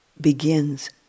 begins